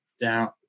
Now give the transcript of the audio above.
down